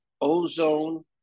ozone